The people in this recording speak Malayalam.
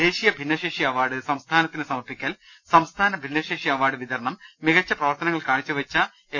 ദേശീയ ഭിന്നശേഷി അവാർഡ് സംസ്ഥാന ത്തിന് സമർപ്പിക്കൽ സംസ്ഥാന ഭിന്നശേഷി അവാർഡ് വിതരണം മികച്ച പ്രവർത്തനങ്ങൾ കാഴ്ചവെച്ച എൽ